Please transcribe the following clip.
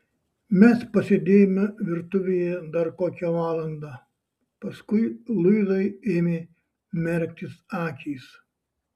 mes pasėdėjome virtuvėje dar kokią valandą paskui luizai ėmė merktis akys